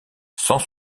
cent